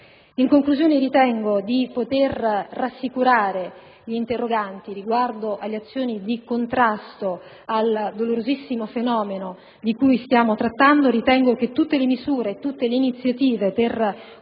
In conclusione, ritengo di poter rassicurare gli interroganti riguardo alle azioni di contrasto al dolorosissimo fenomeno di cui stiamo trattando. Ritengo che tutte le misure e le iniziative per